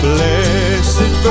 Blessed